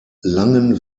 langen